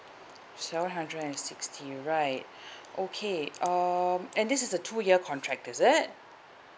seven hundred and sixty right okay um and this is a two year contract is it